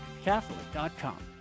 catholic.com